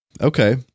Okay